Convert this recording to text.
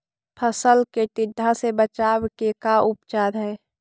फ़सल के टिड्डा से बचाव के का उपचार है?